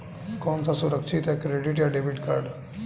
कौन सा सुरक्षित है क्रेडिट या डेबिट कार्ड?